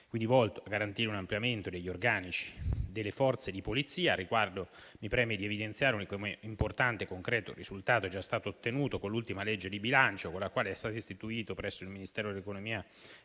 è volto a garantire un ampliamento degli organici delle Forze di polizia. Al riguardo, mi preme evidenziare che un importante e concreto risultato è già stato ottenuto con l'ultima legge di bilancio, con la quale è stato istituito, presso il Ministero dell'economia